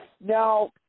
Now